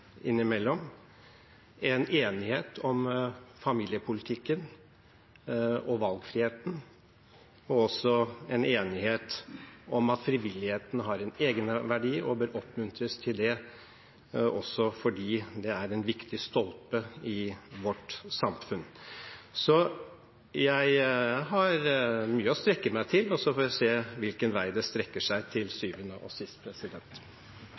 Det er en enighet om familiepolitikken og valgfriheten, en enighet om at frivilligheten har en egenverdi og bør oppmuntres til det, også fordi det er en viktig stolpe i vårt samfunn. Jeg har mye å strekke meg etter, og så får vi se hvilken vei det strekker seg mot til syvende og sist.